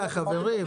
חברים,